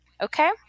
okay